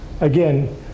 again